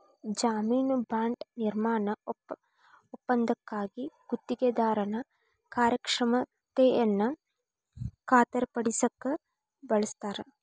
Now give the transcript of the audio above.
ಜಾಮೇನು ಬಾಂಡ್ ನಿರ್ಮಾಣ ಒಪ್ಪಂದಕ್ಕಾಗಿ ಗುತ್ತಿಗೆದಾರನ ಕಾರ್ಯಕ್ಷಮತೆಯನ್ನ ಖಾತರಿಪಡಸಕ ಬಳಸ್ತಾರ